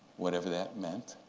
whatever that meant,